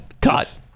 cut